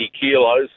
kilos